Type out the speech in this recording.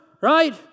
right